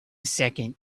second